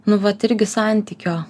nu vat irgi santykio